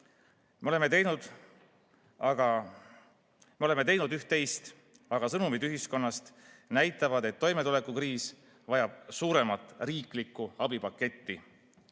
Me oleme teinud üht-teist, aga sõnumid ühiskonnast näitavad, et toimetulekukriis vajab suuremat riiklikku